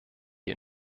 die